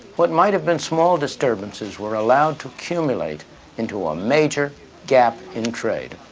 what might have been small disturbances were allowed to accumulate into a major gap in trade.